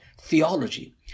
theology